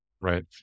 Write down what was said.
Right